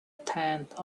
tenth